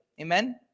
Amen